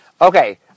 Okay